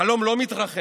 החלום לא מתרחק,